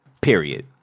period